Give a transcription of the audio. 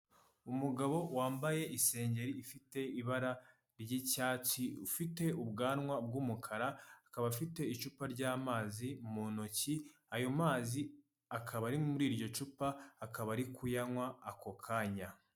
Umugabo wambaye isengeri ifite ibara ry'icyatsi, ufite ubwanwa bw'umukara akaba afite icupa ry'amazi mu ntoki, ayo mazi akaba ari muri iryo cupa akaba ari kuyanywa ako kanya.